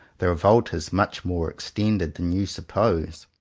the revolt is much more extended than you suppose.